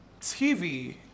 TV